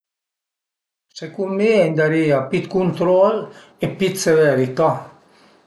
Secund mi a i andarìa pi dë cuntrol e pi dë severità